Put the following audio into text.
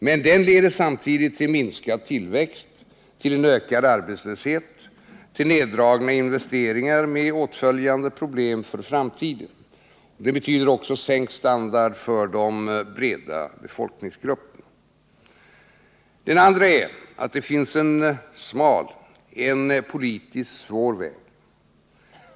Men den vägen leder samtidigt till minskad tillväxt, ökad arbetslöshet och neddragna investeringar med åtföljande problem för framtiden. Sänkt standard för de breda befolkningsgrupperna blir följden. Det finns för det andra också en smal, politiskt svår väg.